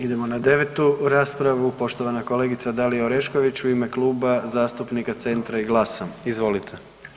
Idemo na 9. raspravu, poštovana kolegica Dalija Orešković u ime Kluba zastupnika Centra i GLAS-a, izvolite.